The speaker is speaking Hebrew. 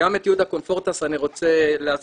וגם את יהודה קונפורטס אני רוצה להזכיר,